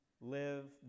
live